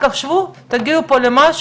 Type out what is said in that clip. תציג את עצמך,